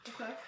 Okay